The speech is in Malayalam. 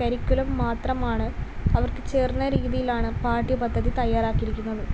കരിക്കുലം മാത്രമാണ് അവർക്ക് ചേർന്ന രീതിയിലാണ് പാഠ്യപദ്ധതി തയ്യാറാക്കിയിരിക്കുന്നത്